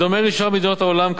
בדומה לשאר מדינות העולם,